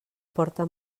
porta